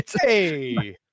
Hey